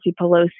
Pelosi